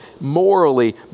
morally